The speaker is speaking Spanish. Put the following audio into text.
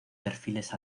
perfiles